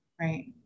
Right